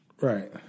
Right